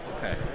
Okay